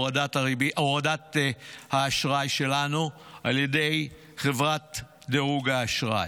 הורדת האשראי שלנו על ידי חברת דירוג האשראי.